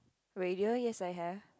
radio yes I have